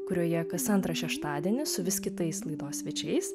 kurioje kas antrą šeštadienį su vis kitais laidos svečiais